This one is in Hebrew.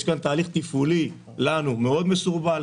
יש לנו כאן תהליך תפעולי מאוד מסורבל,